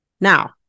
Now